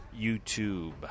YouTube